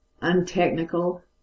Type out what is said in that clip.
untechnical